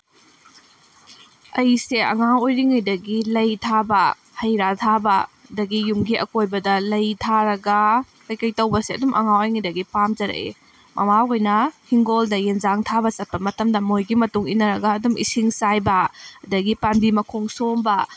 ꯑꯩꯁꯦ ꯑꯉꯥꯡ ꯑꯣꯏꯔꯤꯉꯩꯗꯒꯤ ꯂꯩ ꯊꯥꯕ ꯍꯩꯔꯥ ꯊꯥꯕ ꯑꯗꯒꯤ ꯌꯨꯝꯒꯤ ꯑꯀꯣꯏꯕꯗ ꯂꯩ ꯊꯥꯔꯒ ꯀꯔꯤ ꯀꯔꯤ ꯇꯧꯕꯁꯨ ꯑꯗꯨꯝ ꯑꯉꯥꯡ ꯑꯣꯏꯔꯤꯉꯩꯗꯒꯤ ꯄꯥꯝꯖꯔꯛꯏ ꯃꯃꯥ ꯍꯣꯏꯅ ꯏꯟꯈꯣꯜꯗ ꯑꯦꯟꯁꯥꯡ ꯊꯥꯕ ꯆꯠꯄ ꯃꯇꯝꯗ ꯃꯣꯏꯒꯤ ꯃꯇꯨꯡ ꯏꯟꯅꯔꯒ ꯑꯗꯨꯝ ꯏꯁꯤꯡ ꯆꯥꯏꯕ ꯑꯗꯒꯤ ꯄꯥꯝꯕꯤ ꯃꯈꯣꯡ ꯁꯣꯝꯕ